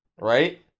right